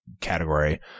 category